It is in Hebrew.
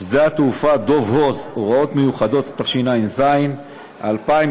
שדה-התעופה דב הוז (הוראות מיוחדות), התשע"ז 2017,